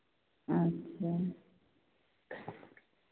अच्छा